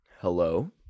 hello